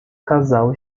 casal